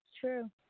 true